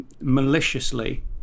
maliciously